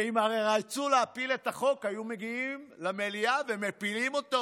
ואם הרי רצו להפיל את החוק היו מגיעים למליאה ומפילים אותו.